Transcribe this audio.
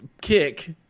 kick